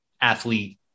athlete